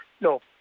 No